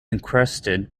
encrusted